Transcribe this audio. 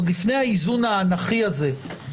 עוד לפני האיזון האנכי הזה,